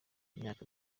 imyaka